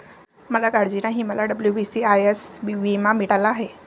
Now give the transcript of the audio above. मला काळजी नाही, मला डब्ल्यू.बी.सी.आय.एस विमा मिळाला आहे